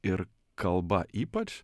ir kalba ypač